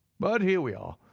but here we are,